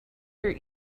your